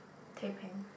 teh peng